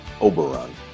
Oberon